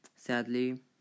Sadly